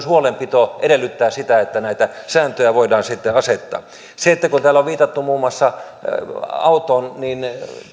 huolenpito edellyttää myös sitä että näitä sääntöjä voidaan sitten asettaa kun täällä on viitattu muun muassa autoon niin